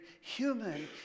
human